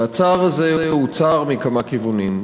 והצער הזה הוא מכמה כיוונים.